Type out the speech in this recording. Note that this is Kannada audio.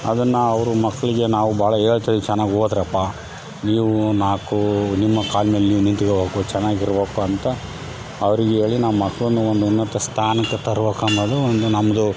ಅದನ್ನು ಅವರು ಮಕ್ಳಿಗೆ ನಾವು ಭಾಳ ಹೇಳ್ತೀವಿ ಚೆನ್ನಾಗೆ ಓದ್ರಪ್ಪ ನೀವು ನಾಲ್ಕು ನಿಮ್ಮ ಕಾಲ ಮೇಲೆ ನೀವು ನಿಂತ್ಕೋಬೇಕು ಚೆನ್ನಾಗಿರ್ಬೇಕು ಅಂತ ಅವ್ರಿಗೇಳಿ ನಮ್ಮ ಮಕ್ಳನ್ನು ಒಂದು ಉನ್ನತ ಸ್ಥಾನಕ್ಕೆ ತರ್ಬೇಕು ಅನ್ನೋದು ಒಂದು ನಮ್ದು